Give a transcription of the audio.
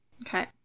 Okay